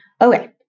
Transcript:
Okay